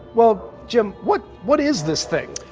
well, jim, what what is this thing?